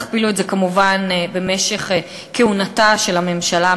תכפילו את זה כמובן במשך המתוכנן של כהונת הממשלה.